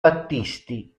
battisti